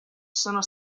sono